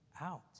out